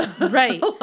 right